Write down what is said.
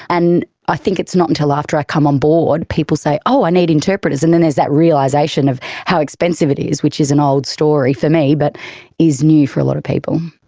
and i think it's not until after i come on board people say oh i need interpreters! and then there's that realization of how expensive it is which is an old story for me but is new for a lot of people.